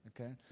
okay